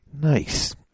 Nice